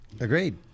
agreed